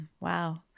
Wow